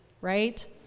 right